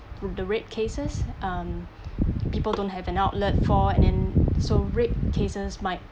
from the rape cases um people don't have an outlet for and then so rape cases might